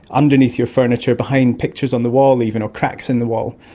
underneath your furniture, behind pictures on the wall even or cracks in the wall.